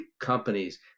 companies